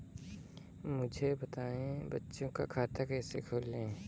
मुझे बताएँ बच्चों का खाता कैसे खोलें?